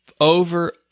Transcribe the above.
over